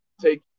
take